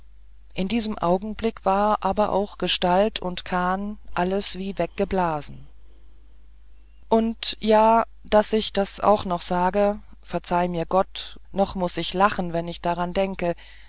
in diesem augenblick war aber auch gestalt und kahn alles wie weggeblasen und ja daß ich das auch noch sage verzeih mir gott noch muß ich lachen wenn ich daran denke